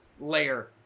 layer